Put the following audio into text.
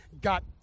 got